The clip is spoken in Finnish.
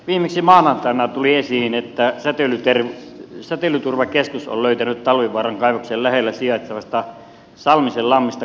viimeksi maanantaina tuli esiin että säteilyturvakeskus on löytänyt talvivaaran kaivoksen lähellä sijaitsevasta salmisen lammesta korkeita uraanipitoisuuksia